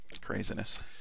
Craziness